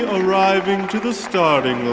arriving to the starting